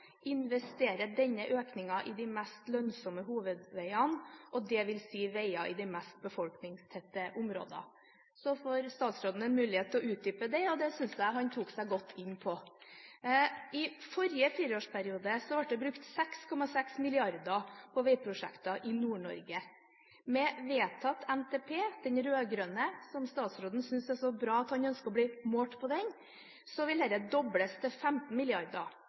investere denne økningen i de mest lønnsomme hovedveiene, og det vil si veier i de mest befolkningstette områdene. Så fikk statsråden en mulighet til å utdype det, og det synes jeg han tok seg godt inn på. I forrige fireårsperiode ble det brukt 6,6 mrd. kr på veiprosjekter i Nord-Norge. Med vedtatt NTP, den rød-grønne, som statsråden synes er så bra at han ønsker å bli målt på den, vil dette dobles til 15